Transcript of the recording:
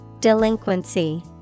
Delinquency